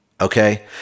okay